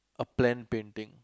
a plain painting